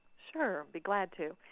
sure. be glad to.